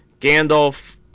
Gandalf